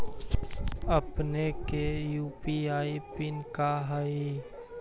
अपने के यू.पी.आई के पिन का हई